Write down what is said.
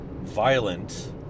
violent